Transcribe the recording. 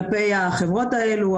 כלפי החברות האלה.